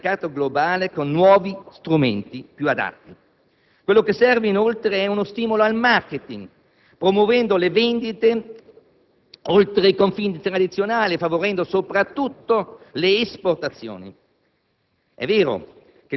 per poter affrontare il mercato globale con nuovi strumenti più adatti. Quello che serve, inoltre, è uno stimolo al *marketing*, promuovendo le vendite oltre i confini tradizionali e favorendo soprattutto le esportazioni.